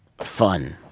fun